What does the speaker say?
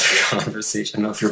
conversation